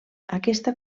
aquesta